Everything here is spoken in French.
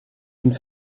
une